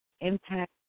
impact